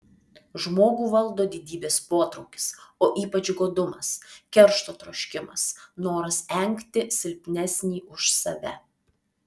žmogų valdo didybės potraukis o ypač godumas keršto troškimas noras engti silpnesnį už save